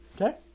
Okay